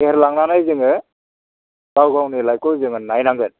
फेहेरलांनानै जोङो गाव गावनि लाइफखौ जों नायनांगोन